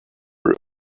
her